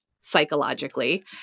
psychologically